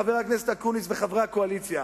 חבר הכנסת אקוניס וחברי הקואליציה,